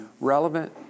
relevant